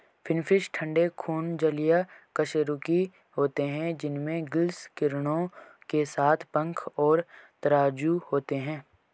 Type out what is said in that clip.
finfish ठंडे खून जलीय कशेरुकी होते हैं जिनमें गिल्स किरणों के साथ पंख और तराजू होते हैं